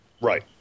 Right